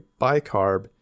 bicarb